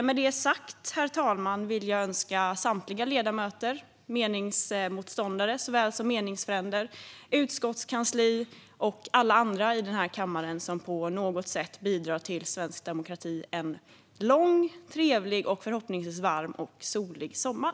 Med det sagt vill jag önska samtliga ledamöter - meningsmotståndare såväl som meningsfränder - liksom utskottskansliet och alla andra i den här kammaren som på något sätt bidrar till svensk demokrati en lång, trevlig och förhoppningsvis varm och solig sommar.